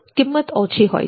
કિંમત ઓછી હોય છે